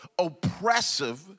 Oppressive